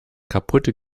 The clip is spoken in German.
kaputte